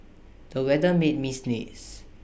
the weather made me sneeze